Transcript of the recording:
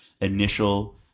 initial